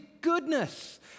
goodness